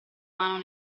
mano